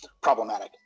problematic